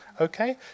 okay